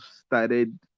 started